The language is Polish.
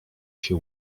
się